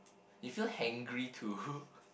you feel hangry too